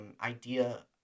idea